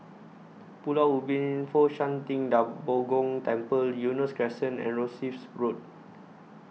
Pulau Ubin Fo Shan Ting DA Bo Gong Temple Eunos Crescent and Rosyth Road